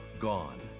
gone